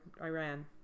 Iran